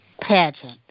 pageant